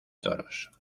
toros